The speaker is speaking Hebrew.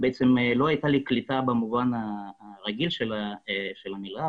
לא רק חגם של העולים אלא של כל מדינת ישראל.